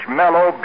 mellow